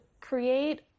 create